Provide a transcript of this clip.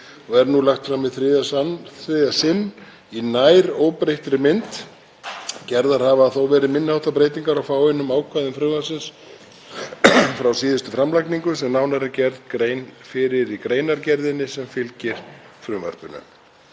og er nú lagt fram í þriðja sinn í nær óbreyttri mynd. Gerðar hafa verið minni háttar breytingar á fáeinum ákvæðum frumvarpsins frá síðustu framlagningu sem nánar er gerð grein fyrir í greinargerðinni sem fylgir frumvarpinu.